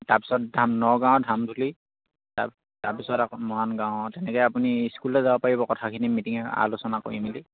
তাৰপিছত ধাম নগাঁৱৰ ধামদূলি তাৰপিছত আকৌ মহান গাঁও তেনেকে আপুনি স্কুললে যাব পাৰিব কথাখিনি মিটিঙে আলোচনা কৰি মেলি